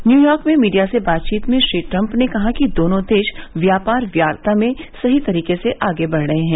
New York में media से बातचीत में श्री ट्रम्प ने कहा कि दोनों देश व्यापार वार्ता में सही तरीके से आगे बढ़ रहे हैं